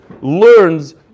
learns